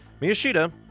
Miyashita